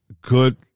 good